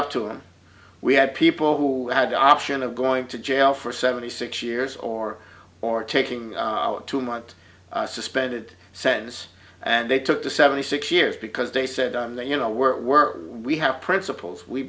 up to him we had people who had the option of going to jail for seventy six years or or taking two months suspended sentence and they took the seventy six years because they said you know we're we're we have principles we